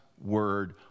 word